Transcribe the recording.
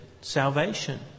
salvation